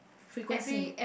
frequency